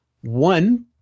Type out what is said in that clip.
one